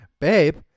Babe